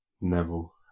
Neville